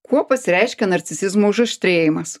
kuo pasireiškia narcisizmo užaštrėjimas